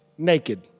naked